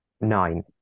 nine